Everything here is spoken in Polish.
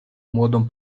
młodą